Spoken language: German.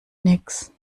nichts